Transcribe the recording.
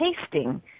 tasting